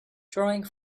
drawing